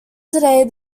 today